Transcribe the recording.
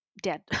dead